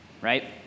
right